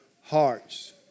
hearts